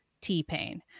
T-Pain